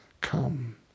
come